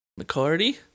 McCarty